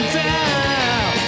down